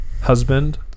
husband